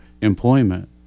employment